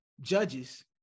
judges